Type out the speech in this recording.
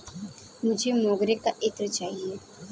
मुझे मोगरे का इत्र चाहिए